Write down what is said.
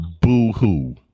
boo-hoo